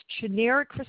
generic